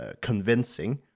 convincing